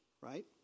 right